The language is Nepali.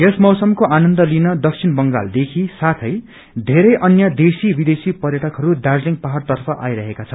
यस मैसमाको आनन्द लिन दक्षिण बोगलदेखि साौँ धेरे अन्य देश्री विदेशी पर्यटकहरू दार्जीलिङ पहाड़ तर्फ आइरहेका छन्